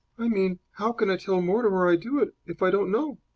i mean, how can i tell mortimer i do it if i don't know?